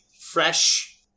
fresh